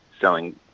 selling